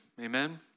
Amen